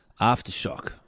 Aftershock